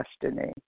destiny